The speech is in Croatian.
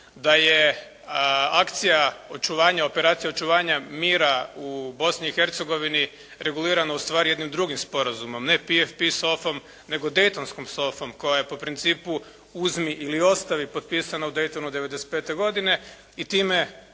da je akcija operacije očuvanja mira u Bosni i Hercegovini regulirano ustvari jednim drugim sporazum, ne PfP SOFA-om nego Daytonskom SOFA-om koja je po principu uzmi ili ostavi potpisana u Daytonu 95. godine i time